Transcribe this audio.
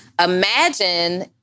Imagine